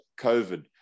COVID